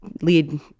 lead